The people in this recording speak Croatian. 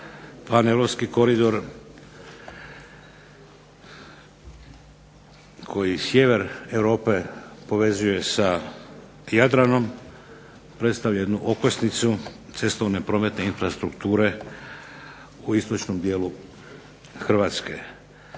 paneuropski koridor koji sjever Europe povezuje sa Jadranom predstavlja jednu okosnicu cestovne prometne infrastrukture u istočnom dijelu Hrvatske.